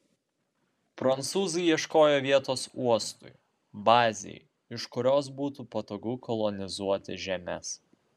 prancūzai ieškojo vietos uostui bazei iš kurios būtų patogu kolonizuoti žemes